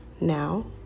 Now